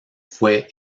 fue